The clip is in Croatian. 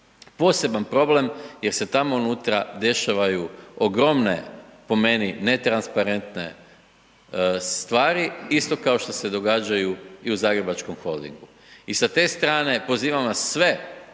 poseban problem, jer se tamo unutra dešavaju, ogromne, po meni netransparentne stvari, isto kao što se događaju i u Zagrebačkom holdingu. I sa te strane, pozivam vas sve